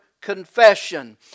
confession